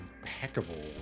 impeccable